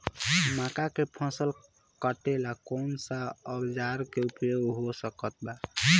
मक्का के फसल कटेला कौन सा औजार के उपयोग हो सकत बा?